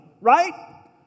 right